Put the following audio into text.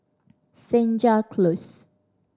Senja Close